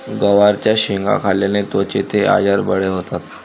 गवारच्या शेंगा खाल्ल्याने त्वचेचे आजार बरे होतात